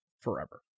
forever